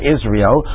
Israel